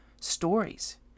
stories